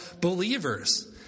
believers